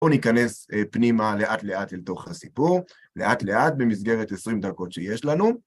בואו ניכנס פנימה לאט-לאט אל תוך הסיפור, לאט-לאט במסגרת עשרים דקות שיש לנו.